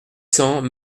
cents